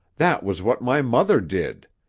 that was what my mother did.